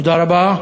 תודה רבה.